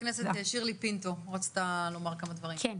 (אומרת דברים